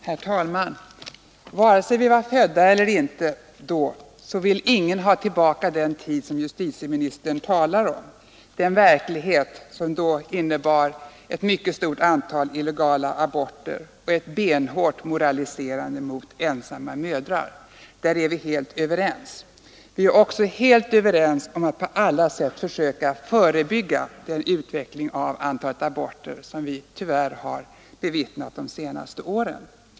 Herr talman! Vare sig vi var födda då eller inte vill ingen av oss ha tillbaka den tid som justitieministern talar om — den verklighet som innebar ett mycket stort antal illegala aborter och ett benhårt moraliserande mot ensamma mödrar. Om det är vi helt överens. Vi är också helt överens om att på alla sätt försöka förebygga en sådan utveckling av antalet aborter som vi tyvärr har bevittnat de senaste åren.